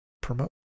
promote